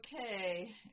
Okay